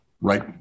right